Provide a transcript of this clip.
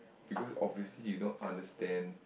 because obviously you don't understand